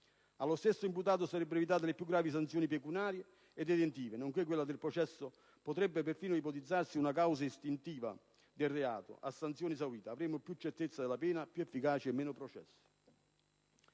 Allo stesso imputato sarebbero così evitate le più gravi sanzioni pecuniarie e detentive, nonché il processo: potrebbe perfino ipotizzarsi una causa estintiva del reato, a sanzione esaurita. Avremmo più certezza della pena, più efficacia e meno processi.